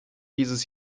dieses